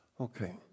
Okay